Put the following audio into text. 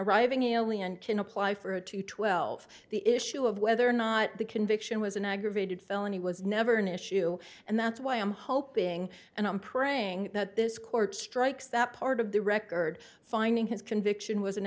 arriving elian can apply for a two twelve the issue of whether or not the conviction was an aggravated felony was never an issue and that's why i'm hoping and i'm praying that this court strikes that part of the record finding his conviction was an